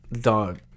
Dog